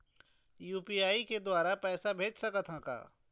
UPI के द्वारा पैसा भेज सकत ह का?